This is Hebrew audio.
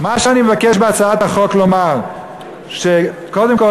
מה שאני מבקש בהצעת החוק לומר הוא שקודם כול,